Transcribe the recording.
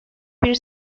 bir